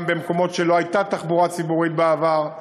גם במקומות שלא הייתה בהם תחבורה ציבורית בעבר: